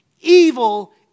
Evil